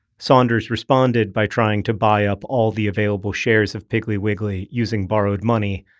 saunders responded by trying to buy up all the available shares of piggly wiggly using borrowed money,